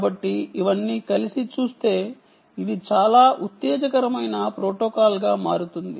కాబట్టి ఇవన్నీ కలిసి చూస్తే ఇది చాలా ఉత్తేజకరమైన ప్రోటోకాల్గా మారుతుంది